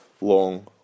long